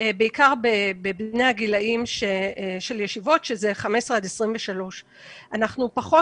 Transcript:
בעיקר בבני הגילאים של ישיבות שזה 15 23. אנחנו פחות